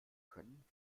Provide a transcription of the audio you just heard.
können